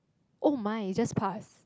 oh my it just pass